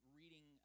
reading